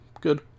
good